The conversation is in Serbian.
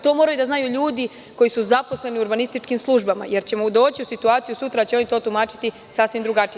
To moraju da znaju ljudi koji su zaposleni u urbanističkim službama, jer ćemo doći u situaciju da će sutra oni to tumačiti sasvim drugačije.